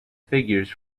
figures